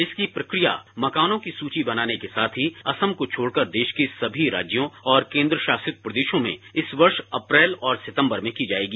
इसकी प्रक्रिया मकानों की सूची बनाने के साथ ही असम को छोड़कर देश के सभी राज्यों और केन्द्रशासित प्रदेशों में इस वर्ष अप्रैल और सितम्बर में की जाएगी